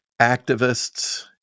activists